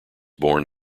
born